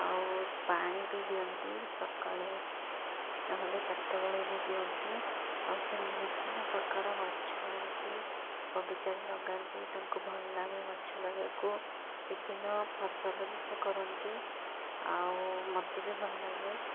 ଆଉ ପାଣି ବି ଦିଅନ୍ତି ସକାଳେ ନହେଲେ ଚାରିଟା ବେଳେ ବି ଦିଅନ୍ତି ଆଉ ସେ ବିଭିନ୍ନ ପ୍ରକାର ଗଛ ଆଣିକି ବଗିଚାରେ ଲଗାନ୍ତି ତାଙ୍କୁ ଭଲ ଲାଗେ ଗଛ ଲଗାଇବାକୁ ବିଭିନ୍ନ ଫସଲ ବି ସେ କରନ୍ତି ଆଉ ମୋତେ ବି ଭଲ ଲାଗେ